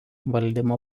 valdymo